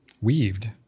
weaved